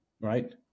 right